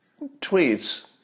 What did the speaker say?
tweets